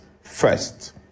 first